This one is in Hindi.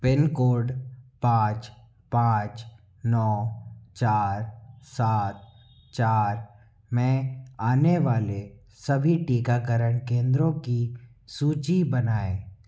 पिनकोड पाँच पाँच नौ चार सात चार में आने वाले सभी टीकाकरण केंद्रों की सूची बनाएँ